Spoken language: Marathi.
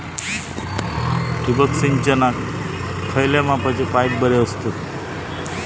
ठिबक सिंचनाक खयल्या मापाचे पाईप बरे असतत?